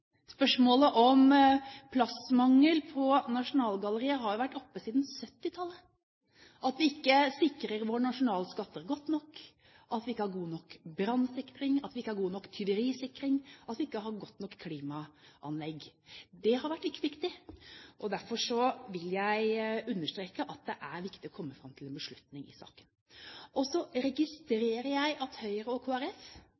Spørsmålet om plassmangel på Nasjonalgalleriet har jo vært oppe siden 1970-tallet. At vi ikke sikrer våre nasjonalskatter godt nok, at vi ikke har god nok brannsikring, at vi ikke har god nok tyverisikring, at vi ikke har godt nok klimaanlegg, har vært viktig, og derfor vil jeg understreke at det er viktig å komme fram til en beslutning i saken. Så registrerer jeg at Høyre og